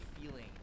feeling